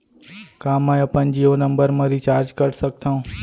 का मैं अपन जीयो नंबर म रिचार्ज कर सकथव?